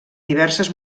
diverses